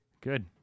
good